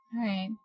right